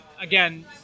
again